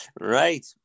right